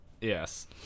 Yes